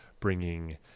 bringing